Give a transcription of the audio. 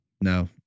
no